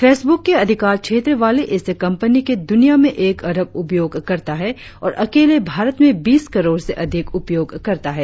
Facebook के अधिकार क्षेत्र वाली इस कंपनी के दुनिया में एक अरब उपयोगकर्ता है और अकेले भारत में बीस करोड़ से अधिक उपयोगकर्ता हैं